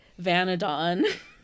Vanadon